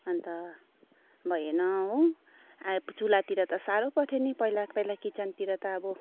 अन्त भएन हो चुलातिर त साह्रो पर्थ्यो नि पहिला पहिला किचनतिर त अब